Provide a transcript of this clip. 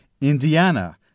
Indiana